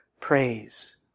praise